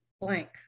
blank